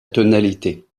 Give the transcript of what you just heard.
tonalité